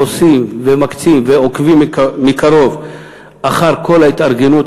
עושים ומקצים ועוקבים מקרוב אחר כל ההתארגנות.